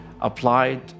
applied